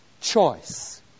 choice